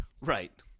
Right